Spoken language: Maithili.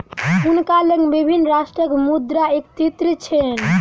हुनका लग विभिन्न राष्ट्रक मुद्रा एकत्रित छैन